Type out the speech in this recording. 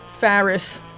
Farris